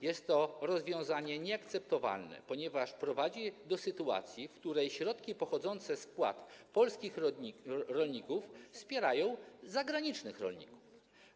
Jest to rozwiązanie nieakceptowalne, ponieważ prowadzi do sytuacji, w której środki pochodzące z wpłat polskich rolników wspierają zagranicznych rolników.